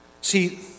see